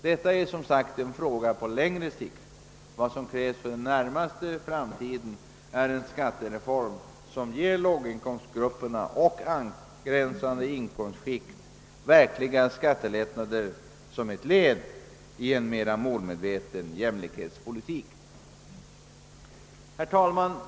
Detta är som sagt en fråga på längre sikt; vad som krävs för den närmaste framtiden är en skattereform som ger låginkomstgrupperna och angränsande inkomstskikt verkliga skattelättnader som ett led i en mer målmedveten jämlikhetspolitik.